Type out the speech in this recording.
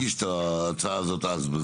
שהגיש את ההצעה הזו אז.